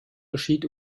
geschieht